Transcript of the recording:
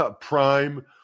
prime